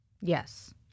Yes